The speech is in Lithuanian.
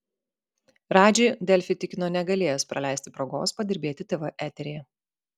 radži delfi tikino negalėjęs praleisti progos padirbėti tv eteryje